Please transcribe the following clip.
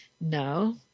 No